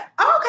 Okay